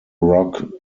rock